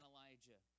Elijah